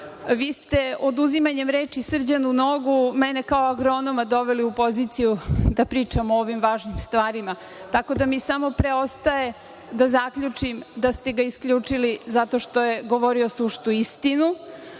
ste oduzimanjem reči Srđanu Nogu mene kao agronoma doveli u poziciju da pričam o ovim važnim stvarima, tako da mi samo preostaje da zaključim da ste ga isključili zato što je govorio suštu istinu.